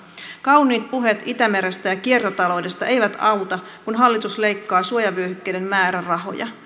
kauniit puheet itämerestä ja kiertotaloudesta eivät auta kun hallitus leikkaa suojavyöhykkeiden määrärahoja